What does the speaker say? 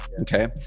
Okay